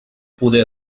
poder